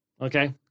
Okay